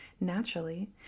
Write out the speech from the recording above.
naturally